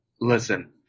Listen